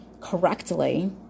correctly